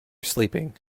sleeping